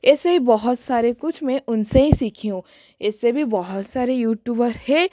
ऐसे ही बहुत सारा कुछ मैं उनसे ही सीखी हूँ ऐसे भी बहुत सारे यूट्यूबर हैं